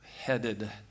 headed